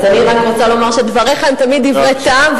אז אני רק רוצה לומר שדבריך הם תמיד דברי טעם,